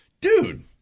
dude